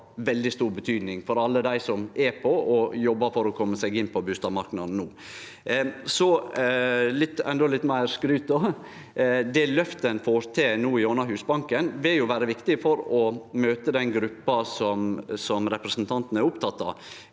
stor betydning for alle dei som er på og jobbar for å kome seg inn på bustadmarknaden no. Så endå litt meir skryt: Det løftet ein får til no gjennom Husbanken, vil vere viktig for å møte den gruppa som representanten er oppteken av,